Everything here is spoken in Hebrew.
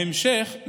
בהמשך,